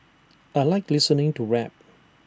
I Like listening to rap